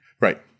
Right